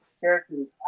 characters